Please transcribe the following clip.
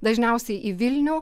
dažniausiai į vilnių